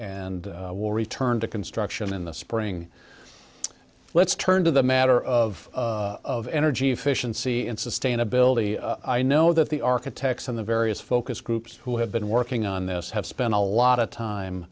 and will return to construction in the spring let's turn to the matter of of energy efficiency in sustainability i know that the architects and the various focus groups who have been working on this have spent a lot of time